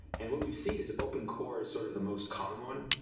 and what we've seen is opncore sort of the most common one.